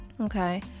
Okay